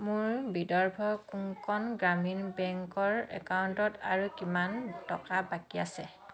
মোৰ বিদৰ্ভ কোংকণ গ্ৰামীণ বেংকৰ একাউণ্টত আৰু কিমান টকা বাকী আছে